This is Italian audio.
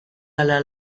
alla